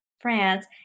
France